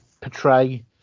portray